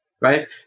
right